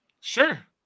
Sure